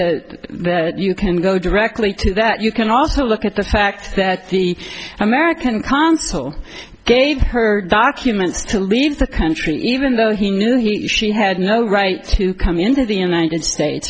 that you can go directly to that you can also look at the fact that the american consul gave her documents to leave the country even though he knew he she had no right to come into the united states